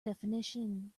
definition